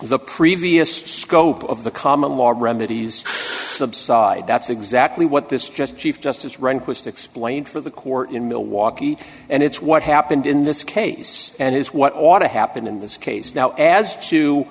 the previous scope of the common law remedies subside that's exactly what this just chief justice rehnquist explained for the court in milwaukee and it's what happened in this case and his what ought to happen in this case now as t